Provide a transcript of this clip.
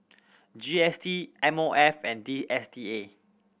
G S T M O F and D S T A